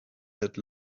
had